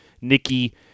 Nikki